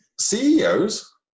CEOs